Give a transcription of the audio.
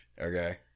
Okay